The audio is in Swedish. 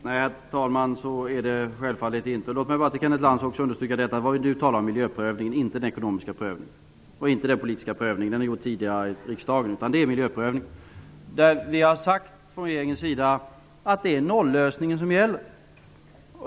Herr talman! Nej, så är det självfallet inte. Låt mig till Kenneth Lantz understryka att det vi nu talar om är miljöprövningen -- inte den ekonomiska prövningen och inte den politiska prövningen. Den politiska prövningen är gjord tidigare i riksdagen. Det vi talar om nu är miljöprövningen. Vi har sagt från regeringens sida att det är nollösningen som gäller.